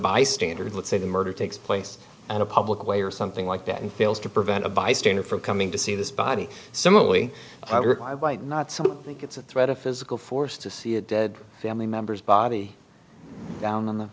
bystander let's say the murder takes place in a public way or something like that and fails to prevent a bystander for coming to see this body similarly not some think it's a threat of physical force to see a dead family members body down on the